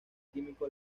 químico